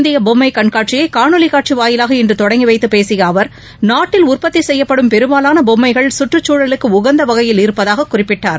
இந்திய பொம்மை கன்காட்சியை காணொலி காட்சி வாயிலாக இன்று தொடங்கி வைத்து பேசிய அவர் நாட்டில் உற்பத்தி செய்யப்படும் பெரும்பாலான பொம்மைகள் கற்றுச்சூழலுக்கு உகந்த வகையில் இருப்பதாக குறிப்பிட்டார்